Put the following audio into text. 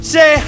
Say